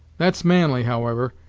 that's manly, however,